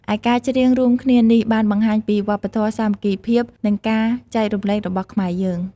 ឯការច្រៀងរួមគ្នានេះបានបង្ហាញពីវប្បធម៌សាមគ្គីភាព និងការចែករំលែករបស់ខ្មែរយើង។